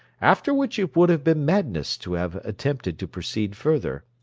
after which it would have been madness to have attempted to proceed further,